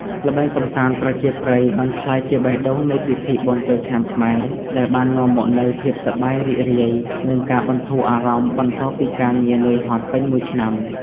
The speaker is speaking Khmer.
ល្បែងកម្សាន្តប្រជាប្រិយបានក្លាយជាបេះដូងនៃពិធីបុណ្យចូលឆ្នាំខ្មែរ ដែលបាននាំមកនូវភាពសប្បាយរីករាយ និងការបន្ធូរអារម្មណ៍បន្ទាប់ពីការងារនឿយហត់ពេញមួយឆ្នាំ។